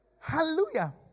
Hallelujah